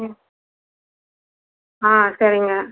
ம் ஆ சரிங்க